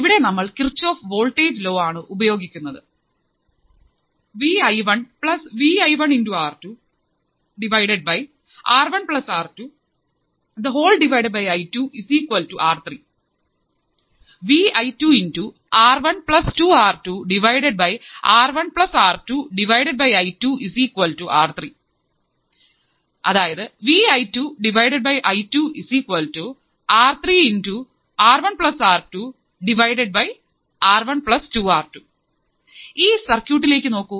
ഇവിടെ നമ്മൾ Kirchhoff voltage law ആണ് ഉപയോഗിക്കുന്നത് ഈ സർക്യൂട്ടിലേക്കു നോക്കൂ